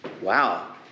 Wow